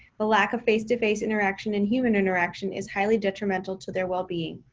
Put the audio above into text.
the lack of face to face interaction and human interaction is highly detrimental to their wellbeing.